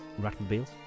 ratmobiles